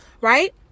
right